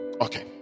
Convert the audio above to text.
Okay